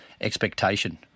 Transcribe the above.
expectation